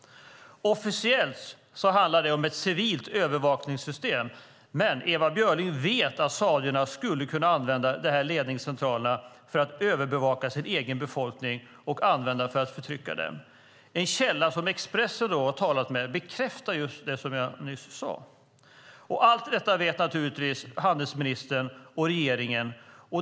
Officiellt handlar det om ett civilt övervakningssystem. Men Ewa Björling vet att saudierna skulle kunna använda dessa ledningscentraler för att övervaka sin egen befolkning och förtrycka den. En källa som Expressen har talat med bekräftar det som jag nyss sade. Allt detta vet naturligtvis handelsministern och regeringen.